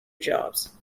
jobs